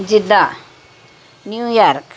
Jeddah New York